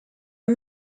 are